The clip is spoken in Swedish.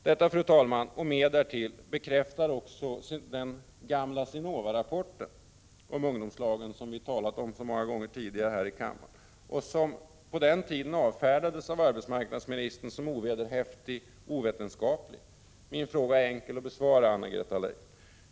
Detta och mer därtill bekräftar också den gamla SINOVA-rapporten om ungdomslagen som vi talat om så många gånger tidigare här i kammaren och som på den tiden avfärdades av arbetsmarknadsministern som ovederhäftig och ovetenskaplig. Min fråga är enkel att besvara, Anna-Greta Leijon.